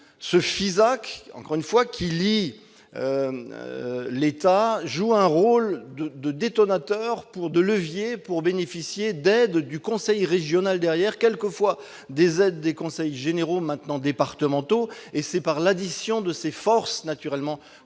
ce Fisac, encore une fois qui lie l'État joue un rôle de détonateur pour 2 leviers pour bénéficier d'aides du conseil régional derrière quelquefois des aides des conseils généraux maintenant départementaux et c'est par l'addition de ces forces naturellement que